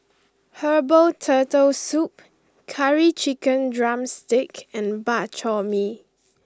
Herbal Turtle Soup Curry Chicken Drumstick and Bak Chor Mee